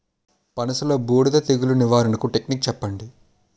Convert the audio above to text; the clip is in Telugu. పనస లో బూడిద తెగులు నివారణకు టెక్నిక్స్ చెప్పండి?